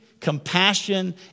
compassion